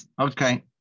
okay